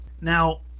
Now